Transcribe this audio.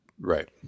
right